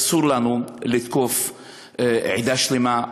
אסור לנו לתקוף עדה שלמה,